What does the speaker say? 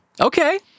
Okay